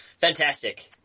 Fantastic